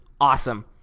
awesome